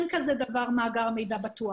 אני יודעת שאין כזה דבר מאגר מידע בטוח.